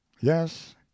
Yes